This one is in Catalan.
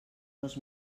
dos